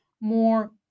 more